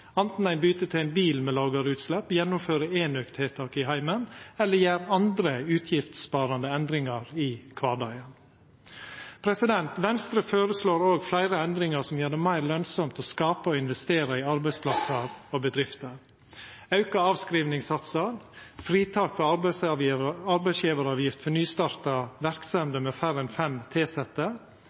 anten ein byter til ein bil med lågare utslepp, gjennomfører enøktiltak i heimen eller gjer andre utgiftssparande endringar i kvardagen. Venstre føreslår også fleire endringar som gjer det meir lønsamt å skapa og investera i arbeidsplasser og bedrifter. Auka avskrivingssatsar og fritak for arbeidsgjevaravgift for nystarta verksemder med færre enn fem tilsette